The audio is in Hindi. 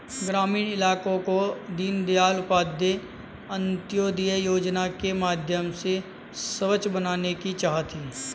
ग्रामीण इलाकों को दीनदयाल उपाध्याय अंत्योदय योजना के माध्यम से स्वच्छ बनाने की चाह थी